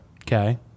Okay